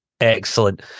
Excellent